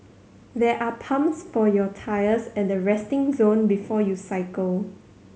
there are pumps for your tyres at the resting zone before you cycle